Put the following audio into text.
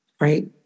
right